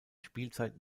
spielzeit